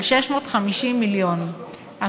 על 650 מיליון ש"ח.